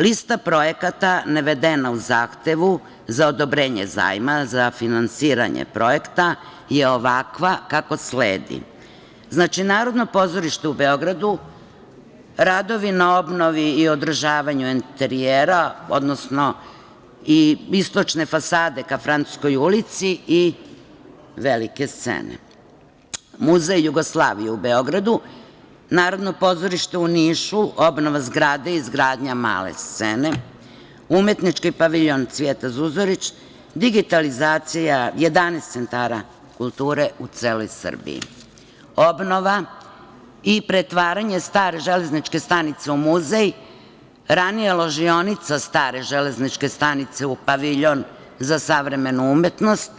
Lista projekata navedena u zahtevu za odobrenje zajma za finansiranje projekta je ovakva kako sledi: Narodno pozorište u Beogradu - radovi na obnovi i održavanju enterijera, odnosno istočne fasade ka Francuskoj ulici i Velike scene; Muzej Jugoslavije u Beogradu; Narodno pozorište u Nišu – obnova zgrade i izgradnja Male scene; Umetnički paviljon „Cvijeta Zuzorić“; digitalizacija 11 centara kulture u celoj Srbiji; obnova i pretvaranje stare Železničke stanice u muzej, ranije ložionica stare železničke stanice u paviljon za savremenu umetnost;